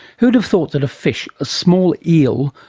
who would have thought that a fish, a small eel,